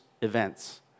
events